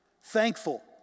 thankful